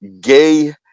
gay